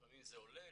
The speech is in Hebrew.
לפעמים זה יורד,